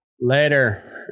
later